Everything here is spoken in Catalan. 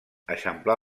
eixamplar